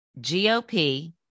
GOP